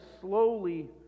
slowly